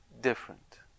different